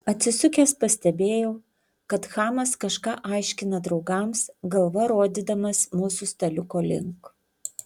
atsisukęs pastebėjau kad chamas kažką aiškina draugams galva rodydamas mūsų staliuko link